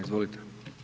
Izvolite.